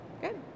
Good